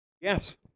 yes